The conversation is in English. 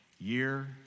year